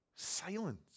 Silence